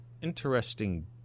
interesting